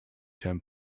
term